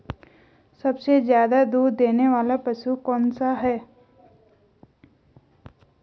सबसे ज़्यादा दूध देने वाला पशु कौन सा है?